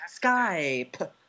Skype